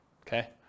Okay